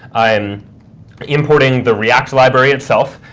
i am importing the react library itself,